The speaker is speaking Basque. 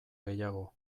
gehiago